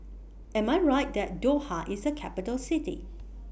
Am I Right that Doha IS A Capital City